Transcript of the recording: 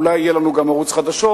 ואולי יהיה לנו גם ערוץ חדשות,